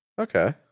Okay